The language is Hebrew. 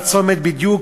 בצומת בדיוק,